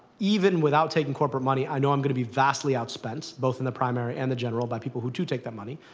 even without taking corporate money, i know i'm going to be vastly outspent, both in the primary and the general, by people who do take that money.